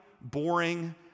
boring